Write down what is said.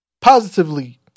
Positively